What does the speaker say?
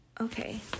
okay